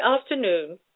afternoon